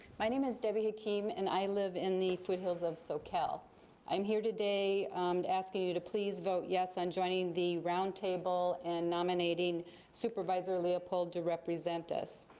my name is debbie hakeem, and i live in the foothills of socal. i'm here today asking you to please vote yes on joining the roundtable and nominating supervisor leopold to represent us.